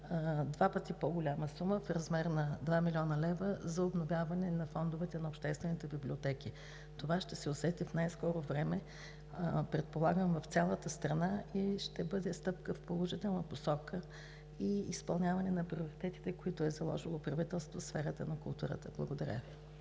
два пъти по-голяма сума в размер на 2 млн. лв. за обновяване на фондовете на обществените библиотеки. Предполагам, че това ще се усети в най-скоро време в цялата страна и ще бъде стъпка в положителна посока и изпълняване на приоритетите, които е заложило правителството в сферата на културата. Благодаря Ви.